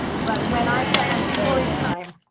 but when i plan a story time,